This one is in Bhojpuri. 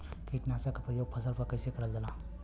कीटनाशक क प्रयोग फसल पर कइसे करल जाला?